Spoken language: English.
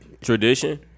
Tradition